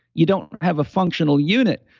you don't have a functional unit.